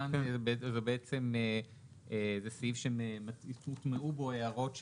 כאן זה סעיף שהוטמעו בו הערות שלנו,